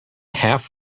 half